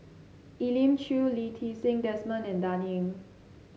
Elim Chew Lee Ti Seng Desmond and Dan Ying